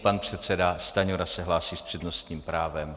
Pan předseda Stanjura se hlásí s přednostním právem.